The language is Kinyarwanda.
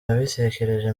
yabitekereje